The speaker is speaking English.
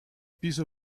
piece